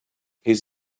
his